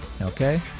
Okay